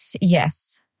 yes